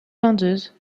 vendeuses